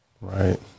Right